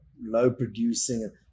low-producing